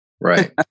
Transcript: Right